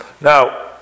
now